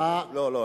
לא.